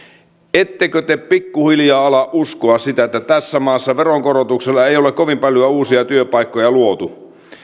ettekö te pikkuhiljaa ala uskoa sitä että tässä maassa veronkorotuksilla ei ole kovin paljon uusia työpaikkoja luotu